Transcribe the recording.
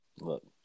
Look